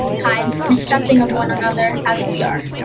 kind, and accepting of one another as we are.